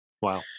Wow